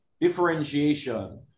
differentiation